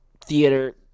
theater